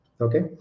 Okay